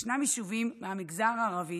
ישנם יישובים מהמגזר הערבי